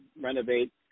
renovate